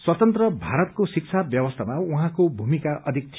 स्वतन्त्र भारतको शिक्षा व्यवस्थामा उहाँको भूमिका अधिक थियो